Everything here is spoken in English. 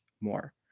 more